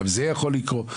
גם זה יכול לקרות.